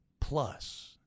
plus